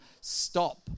stop